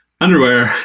underwear